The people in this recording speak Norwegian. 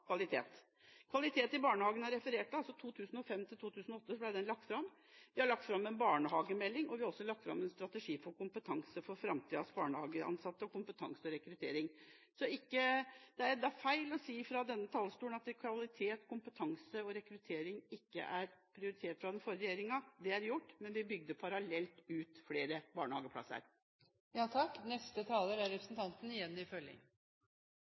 kvalitet. Det har blitt referert til Meld. St. nr. 41 for 2008–2009 Kvalitet i barnehagen. Vi har lagt fram en barnehagemelding, og vi har lagt fram en strategi for kompetanse for framtidas barnehageansatte og kompetanserekruttering. Det er feil å si fra denne talerstolen at kvalitet, kompetanse og rekruttering ikke ble prioritert av den forrige regjeringa. Det ble det, men parallelt med det bygde vi ut flere barnehageplasser. Når representanten Svein Harberg frå talarstolen seier at kvalitet ikkje er